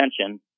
attention